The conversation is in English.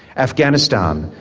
afghanistan,